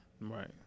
Right